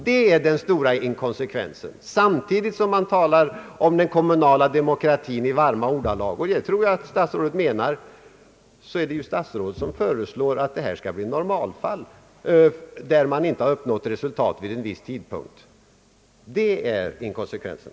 Det är den stora inkonsekvensen, Samtidigt som han talar om den kommunala demokratin i varma ordalag — och det tror jag statsrådet menar — är det statsrådet som föreslår att detta skall bli normalfall, när man inte uppnått resultat inom en viss tidpunkt. Det är den verkliga inkonsekvensen.